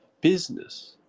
business